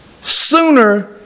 sooner